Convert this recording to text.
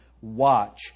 watch